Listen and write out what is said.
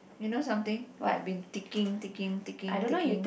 you know something I've been ticking ticking ticking ticking